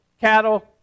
cattle